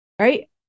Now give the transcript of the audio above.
Right